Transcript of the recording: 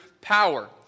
power